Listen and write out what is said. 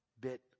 bit